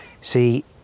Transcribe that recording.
see